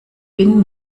bin